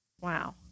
Wow